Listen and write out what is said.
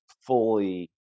fully